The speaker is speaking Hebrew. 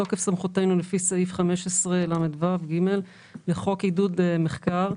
בתוקף סמכותנו לפי סעיף 15לו(ג) לחוק עידוד מחקר,